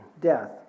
death